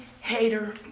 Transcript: hater